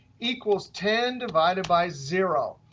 equals ten divided by zero.